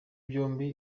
byombi